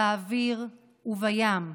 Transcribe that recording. באוויר ובים,